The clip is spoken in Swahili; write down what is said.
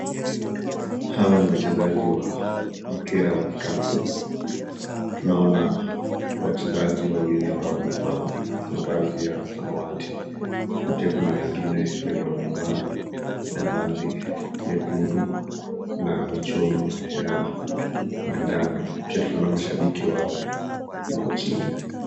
Hawa ni wachezaji wa mpira wa kikapu tunaona wachezaji wawili ambao wamevaa mavazi ya samawati na pia kuna wengine wenye wamevaa mavazi nyekundu na michoro ya manjano pia tunaona shabiki wao huko chini.